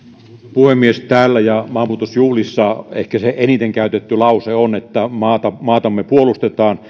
puhemies täällä ja maanpuolustusjuhlissa ehkä se eniten käytetty lause on että maatamme puolustetaan